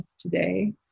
today